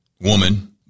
woman